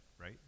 right